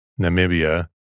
Namibia